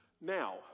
Now